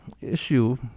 issue